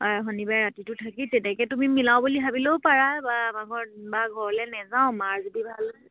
শনিবাৰে ৰাতিটো থাকি তেনেকে তুমি মিলাও বুলি ভাবিলেও পাৰা বা আমাৰ ঘৰত বা ঘৰলৈ নেযাওঁ মাৰ যদি ভাল হয়